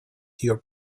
your